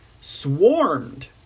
swarmed